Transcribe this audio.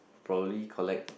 probably collect